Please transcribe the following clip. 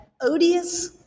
odious